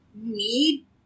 need